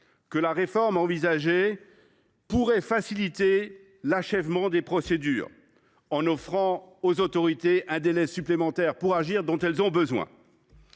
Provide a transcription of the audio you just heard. que la réforme envisagée pourrait faciliter l’achèvement des procédures en offrant aux autorités le délai supplémentaire dont elles ont besoin